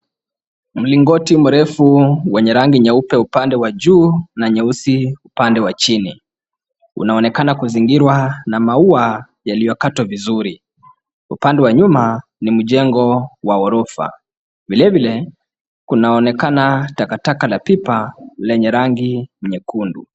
Mlingoti mrefu wenye rangi nyeupe upande wa juu na nyeusi upande wa chini. Unaonekana kuzingirwa na maua yaliyokatwa vizuri. Upande wa nyuma ni mjengo wa orofa, vile vile kunaonekana takataka la pipa lenye rangi nyekundu.